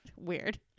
Weird